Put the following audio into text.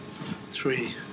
three